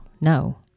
No